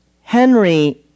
Henry